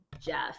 Jeff